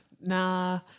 Nah